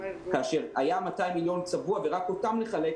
כאשר היו רק 200 מיליון צבוע ורק אותם נחלק,